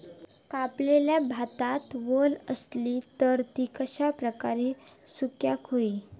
कापलेल्या भातात वल आसली तर ती कश्या प्रकारे सुकौक होई?